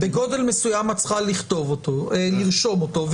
בגודל מסוים את צריכה לרשום אותו,